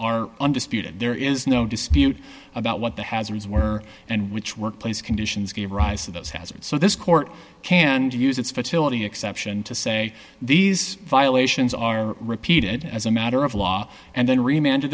are undisputed there is no dispute about what the hazards were and which workplace conditions gave rise to this hazard so this court can use its fertility exception to say these violations are repeated as a matter of law and then rem